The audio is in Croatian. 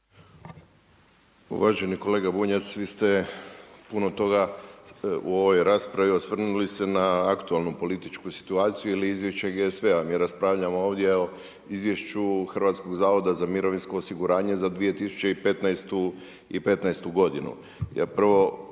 Uvaženi kolega Bunjac, vi ste puno toga u ovoj raspravi osvrnuli se na aktualnu političku situaciju ili izvješće gdje sve raspravljamo ovdje o Izvješću Hrvatskog zavoda za mirovinsko osiguranje za 2015. godinu. Jer prvo